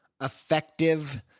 effective